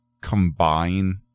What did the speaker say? combine